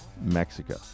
Mexico